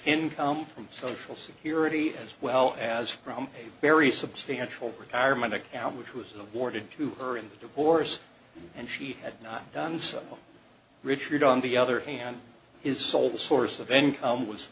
income from social security as well as from a very substantial retirement account which was awarded to her in the divorce and she had not done so richard on the other hand his sole source of income was